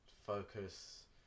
focus